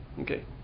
Okay